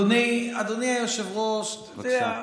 אדוני היושב-ראש, אתה יודע,